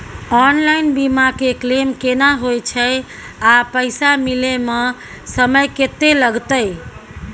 Online बीमा के claim केना होय छै आ पैसा मिले म समय केत्ते लगतै?